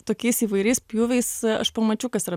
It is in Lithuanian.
tokiais įvairiais pjūviais aš pamačiau kas yra